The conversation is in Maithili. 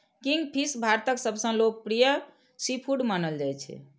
किंगफिश भारतक सबसं लोकप्रिय सीफूड मानल जाइ छै